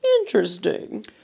Interesting